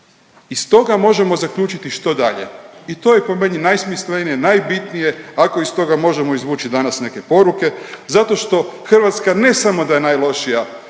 Iz toga možemo zaključiti što dalje i to je po meni najsmislenije, najbitnije, ako iz toga možemo izvući danas neke poruke, zato što Hrvatska, ne samo da je najlošija